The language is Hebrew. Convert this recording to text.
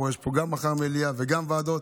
יש פה מחר גם מליאה וגם ועדות,